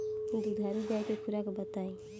दुधारू गाय के खुराक बताई?